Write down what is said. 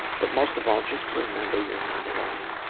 but most of all, just remember you're not alone.